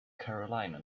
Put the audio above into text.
carolina